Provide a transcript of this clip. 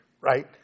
Right